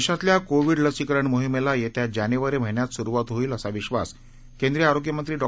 देशातल्याकोविडलसीकरणमोहिमेलायेत्याजानेवारीमहिन्यातस्रुवातहोईलअसाविश्वा सकेंद्रीयआरोग्यमंत्रीडॉ